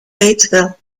batesville